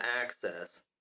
access